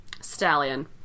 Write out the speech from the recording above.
Stallion